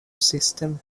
system